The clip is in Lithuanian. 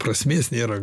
prasmės nėra